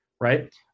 Right